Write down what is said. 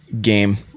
game